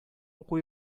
уку